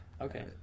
Okay